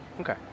Okay